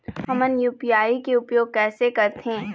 हमन यू.पी.आई के उपयोग कैसे करथें?